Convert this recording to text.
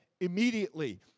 immediately